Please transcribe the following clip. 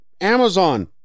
amazon